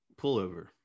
pullover